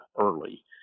early